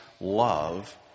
love